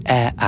Air